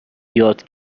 یاد